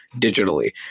digitally